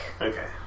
Okay